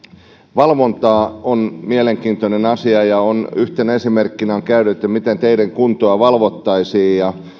valvonta on mielenkiintoinen asia ja yhtenä esimerkkinä siitä miten teiden kuntoa valvottaisiin